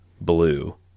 blue